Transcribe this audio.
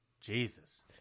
Jesus